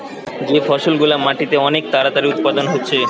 যে ফসল গুলা মাটিতে অনেক তাড়াতাড়ি উৎপাদন হচ্ছে